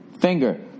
Finger